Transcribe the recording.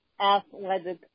athletic